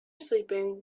sleeping